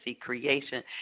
creation